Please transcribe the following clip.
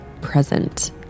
present